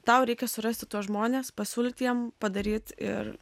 tau reikia surasti tuos žmones pasiūlyti jiem padaryt ir